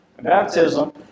Baptism